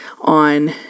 on